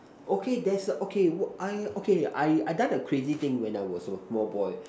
okay there's a okay I okay I I done a crazy thing when I was a small boy